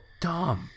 dumb